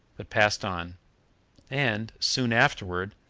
but passed on and, soon afterward,